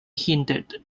hindered